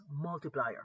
multiplier